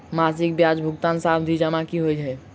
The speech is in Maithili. मासिक ब्याज भुगतान सावधि जमा की होइ है?